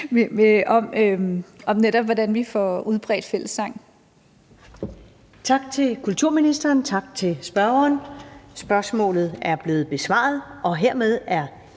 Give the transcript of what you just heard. næstformand (Karen Ellemann): Tak til kulturministeren. Tak til spørgeren. Spørgsmålet er blevet besvaret. Hermed er